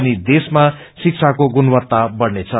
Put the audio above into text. अनि देशमा शिक्षाको गुणवत्ता बढ़नेछ